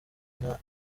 gihana